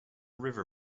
river